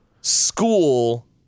school